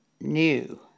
new